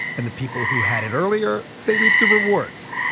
and the people who had it earlier, they reap the rewards.